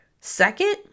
Second